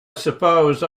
suppose